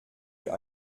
für